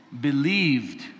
believed